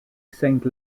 saint